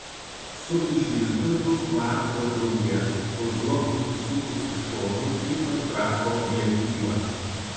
su išleistuvių vakaro drauge pozuok nusisukusi šonu į fotografo objektyvą